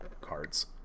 cards